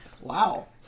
Wow